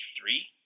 three